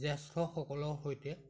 জ্যেষ্ঠসকলৰ সৈতে